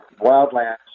wildlands